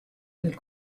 del